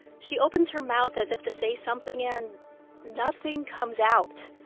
she opens her mouth as if to say something, and nothing comes out.